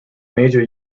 major